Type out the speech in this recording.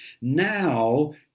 now